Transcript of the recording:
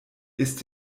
ist